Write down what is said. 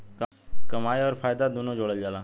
कमाई अउर फायदा दुनू जोड़ल जला